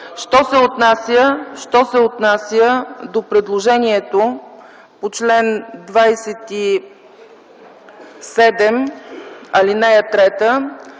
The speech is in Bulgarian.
Що се отнася до предложението по чл. 27, ал. 3,